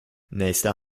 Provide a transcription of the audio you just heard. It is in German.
nächster